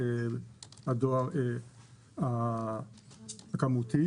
הדואר הכמותי.